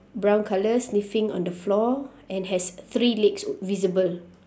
brown colour sniffing on the floor and has three legs visible